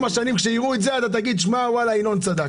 שנים, כשיראו את זה, אתה תגיד: "וואלה, ינון צדק".